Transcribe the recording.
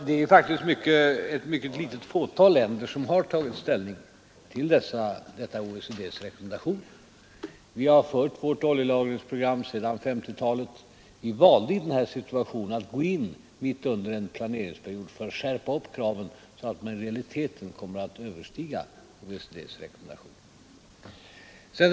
Det är ett mycket litet fåtal länder som har tagit ställning till OECD:s rekommendation. Vi har fört vårt oljelagringsprogram sedan 1950-talet. Vi valde i den här situationen att gå in mitt under en planeringsperiod för att skärpa kraven, så att de i realiteten kommer att överstiga OECD:s rekommendation.